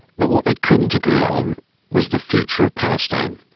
but what they couldn't agree on was the future of palestine,